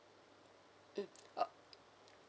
mm uh